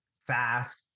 fast